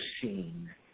seen